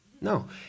No